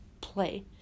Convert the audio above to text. play